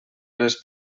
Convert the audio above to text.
les